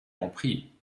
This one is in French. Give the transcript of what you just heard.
compris